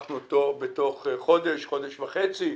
בתוך חודש-חודש וחצי,